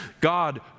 God